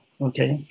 okay